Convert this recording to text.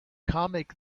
comic